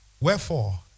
wherefore